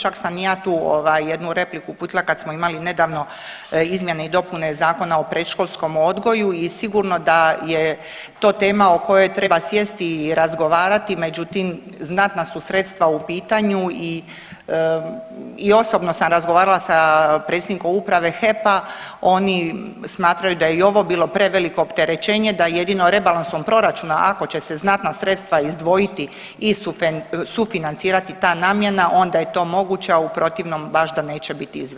Čak sam i ja tu ovaj, jednu repliku uputila kad smo imali nedavno izmjene i dopune Zakona o predškolskom odgoju i sigurno da je to tema o kojoj treba sjesti i razgovarati, međutim, znatna su sredstva u pitanju i osobno sam razgovarala sa predsjednikom Uprave HEP-a, oni smatraju da je i ovo bilo preveliko opterećenje, da jedino rebalansom proračuna, ako će se znatna sredstva izdvojiti i sufinancirati ta namjena, onda je to moguće, a u protivnom baš da neće biti izvedivo.